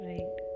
Right